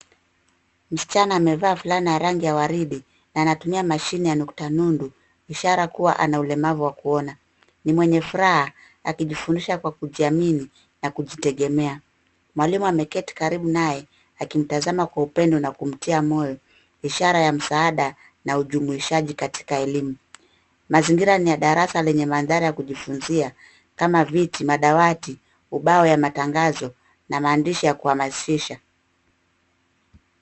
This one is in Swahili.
Msichana amevaa fulana ya rangi ya waridi na anatumia mashine ya nukta nundu ishara kuwa ana ulemavu wa kuona. Ni mwenye furaha akijifundisha kwa kujiamini na kujitegema. Mwalimu ameketi karibu naye akimtazama kwa upendo na kumtia moyo ishara ya msaada na ujumuishashiji katika elimu. Mazingira ni ya darasa lenye mandhari ya kujifunzia kama viti ,madawati, ubao ya matangazo na maandishi ya kuhamasisha.